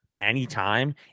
anytime